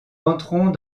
entrons